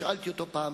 שאלתי אותו פעם,